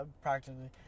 practically